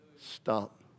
Stop